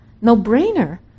no-brainer